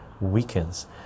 weakens